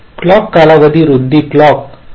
clock कालावधी रुंदी clock च्या कालावधी इतकी नाही